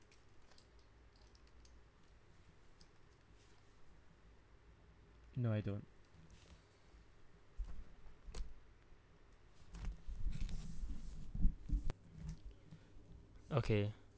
no I don't okay